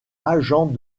agents